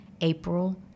April